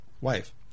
wife